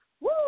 woo